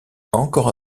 encore